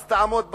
אז תעמוד בצד.